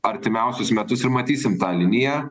artimiausius metus ir matysim tą liniją